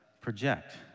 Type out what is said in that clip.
project